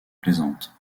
plaisante